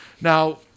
Now